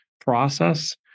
process